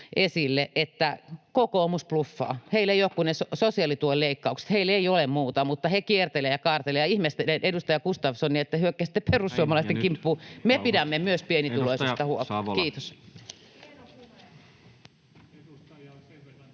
että kokoomus bluffaa. Heillä ei ole kuin ne sosiaalituen leikkaukset, heillä ei ole muuta, mutta he kiertelevät ja kaartelevat. Ihmettelen edustaja Gustafssonia, kun hyökkäsitte perussuomalaisten kimppuun. [Puhemies: Näin,